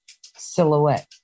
silhouette